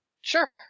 Sure